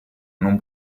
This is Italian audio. non